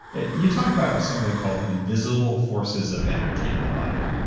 you talk about something called the invisible forces of energy in the body.